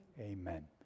Amen